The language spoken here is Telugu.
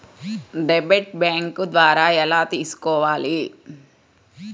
డెబిట్ బ్యాంకు ద్వారా ఎలా తీసుకోవాలి?